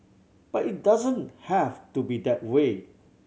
but it doesn't have to be that way